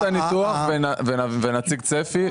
נעביר את הניתוח ונציג צפי.